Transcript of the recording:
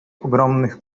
ogromnych